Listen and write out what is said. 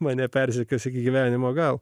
mane persekios iki gyvenimo galo